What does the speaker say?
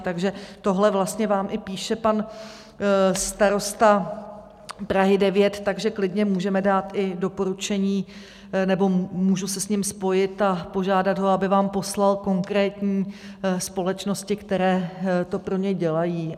Takže tohle vlastně vám i píše pan starosta Prahy 9, takže klidně můžeme dát i doporučení nebo můžu se s ním spojit a požádat ho, aby vám poslal konkrétní společnosti, které to pro ně dělají.